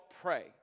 Pray